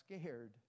scared